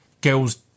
girls